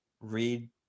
read